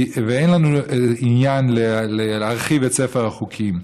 ואין לנו עניין להרחיב את ספר החוקים,